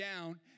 down